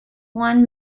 one